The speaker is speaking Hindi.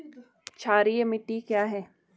क्षारीय मिट्टी क्या है?